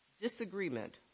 disagreement